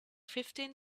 fifteen